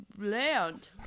land